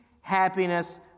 happiness